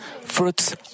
fruits